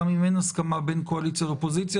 אם אין הסכמה בין קואליציה לאופוזיציה.